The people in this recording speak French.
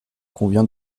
convient